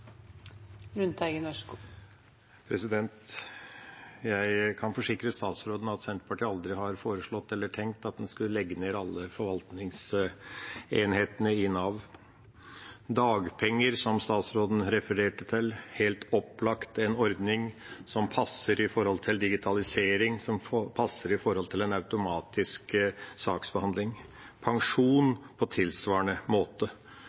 Jeg kan forsikre statsråden at Senterpartiet aldri har foreslått eller tenkt at en skulle legge ned alle forvaltningsenhetene i Nav. Dagpenger, som statsråden refererte til, er helt opplagt en ordning som passer med tanke på digitalisering, som passer med tanke på en automatisk saksbehandling, og pensjon på tilsvarende måte.